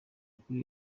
kuri